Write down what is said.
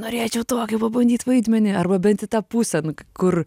norėčiau tokį pabandyt vaidmenį arba bent į tą pusę kur